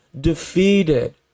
defeated